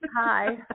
Hi